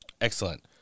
Excellent